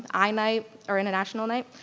i night, or international night,